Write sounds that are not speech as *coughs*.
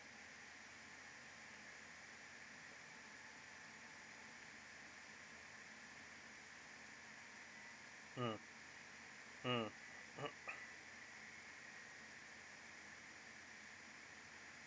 mm mm *coughs*